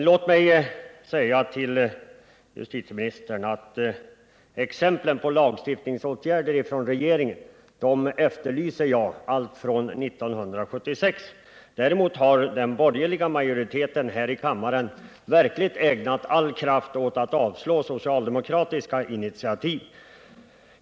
Låt mig säga till justitieministern att jag efterlyser exempel på lagstiftningsåtgärder från regeringen alltifrån 1976. Den borgerliga majoriteten här i kammaren har — i stället för att ta initiativ — ägnat all kraft åt att avslå socialdemokratiska initiativ.